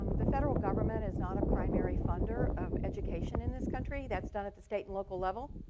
the federal government is not a primary funder of education in this country. that's done at the state and local level.